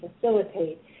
facilitate